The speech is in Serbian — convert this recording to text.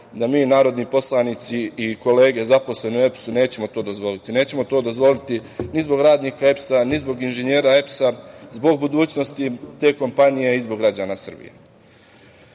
da mi narodni poslanici i kolege zaposleni u EPS-u nećemo to dozvoliti. Nećemo to dozvoliti ni zbog radnika EPS-a, ni zbog inženjera EPS-a, zbog budućnosti te kompanije i zbog građana Srbije. Mora